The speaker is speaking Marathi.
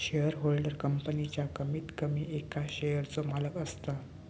शेयरहोल्डर कंपनीच्या कमीत कमी एका शेयरचो मालक असता